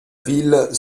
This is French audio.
ville